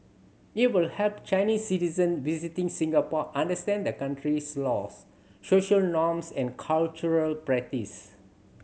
it will help Chinese citizen visiting Singapore understand the country's laws social norms and cultural practice